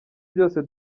byose